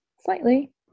Slightly